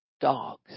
dogs